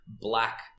black